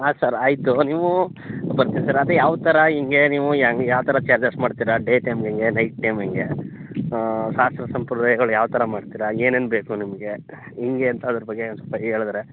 ಹಾಂ ಸರ್ ಆಯಿತು ನೀವು ಬರ್ತೀನಿ ಸರ್ ಅದೇ ಯಾವಥರ ಹೇಗೆ ನೀವು ಹೇಗೆ ಯಾವಥರ ಚಾರ್ಜಸ್ ಮಾಡ್ತೀರಾ ಡೇ ಟೈಮ್ ಹೆಂಗೆ ನೈಟ್ ಟೈಮ್ ಹೆಂಗೆ ಶಾಸ್ತ್ರ ಸಂಪ್ರದಾಯಗಳು ಯಾವಥರ ಮಾಡ್ತೀರಾ ಏನೇನು ಬೇಕು ನಿಮಗೆ ಹೆಂಗೆ ಅಂತ ಅದರ ಬಗ್ಗೆ ಒಂದ್ ಸೊಲ್ಪ್ ಹೇಳಿದ್ರೆ